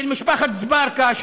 של משפחת אזברגה,